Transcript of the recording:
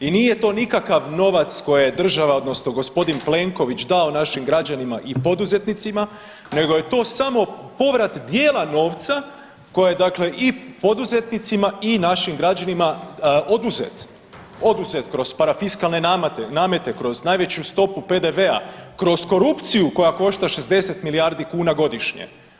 I nije to nikakav novac koje država odnosno g. Plenković dao našim građanima i poduzetnicima nego je to samo povrat dijela novca koje je i poduzetnicima i našim građanima oduzet, oduzet kroz parafiskalne namete, kroz najveću stopu PDV-a, kroz korupciju koja košta 60 milijardi kuna godišnje.